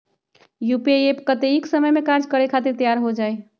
UPI app कतेइक समय मे कार्य करे खातीर तैयार हो जाई?